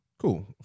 Cool